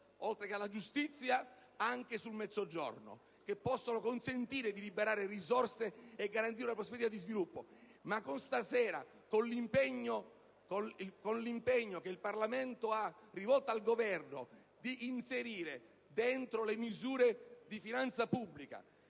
fisco alla giustizia, ma anche sul Mezzogiorno), che possono consentire di liberare risorse e garantire una prospettiva di sviluppo. Ma l'impegno che il Parlamento ha indicato al Governo affinché inserisca nelle misure di finanza pubblica